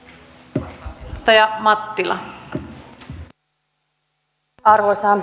arvoisa rouva puhemies